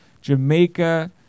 Jamaica